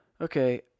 okay